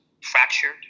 fractured